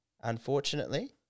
unfortunately